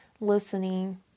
listening